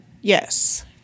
Yes